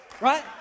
Right